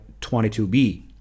22B